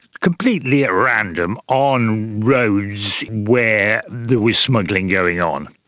completely at random, on roads where there was smuggling going on.